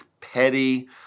petty